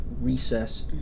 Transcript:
recess